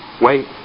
wait